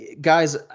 guys